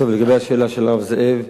לגבי השאלה של הרב זאב,